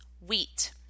wheat